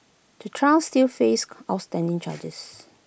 the trio still face outstanding charges